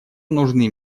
нужны